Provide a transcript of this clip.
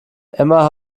emma